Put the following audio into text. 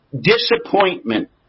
disappointment